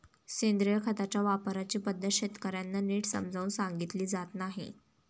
सेंद्रिय खताच्या वापराची पद्धत शेतकर्यांना नीट समजावून सांगितली जात नाही